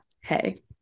hey